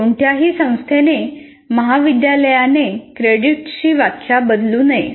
कोणत्याही संस्थेने महाविद्यालयाने क्रेडिटची व्याख्या बदलू नये